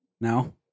No